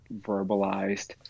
verbalized